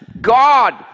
God